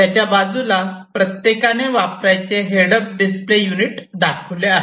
त्याच्या बाजूला प्रत्येकाने वापरायचे हेड अप डिस्प्ले युनिट दाखविले आहे